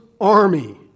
army